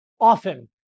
often